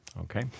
Okay